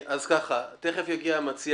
תכף יגיע המציע